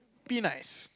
be nice